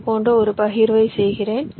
இது போன்ற ஒரு பகிர்வை செய்கிறேன்